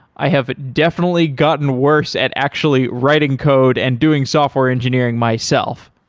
i have definitely gotten worse at actually writing code and doing software engineering myself.